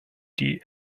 die